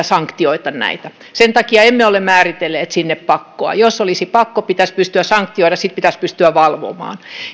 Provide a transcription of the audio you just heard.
sanktioida näitä sen takia emme ole määritelleet sinne pakkoa jos olisi pakko pitäisi pystyä sanktioimaan sitten pitäisi pystyä valvomaan